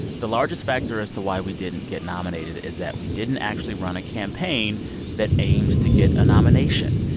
the largest factor as to why we didn't get nominated is that we didn't actually run a campaign that aims to get a nomination.